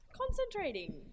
Concentrating